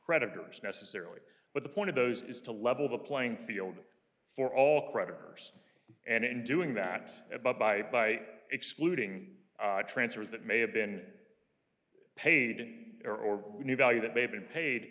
creditors necessarily but the point of those is to level the playing field for all creditors and in doing that by by excluding transfers that may have been paid in or or new value that may have been paid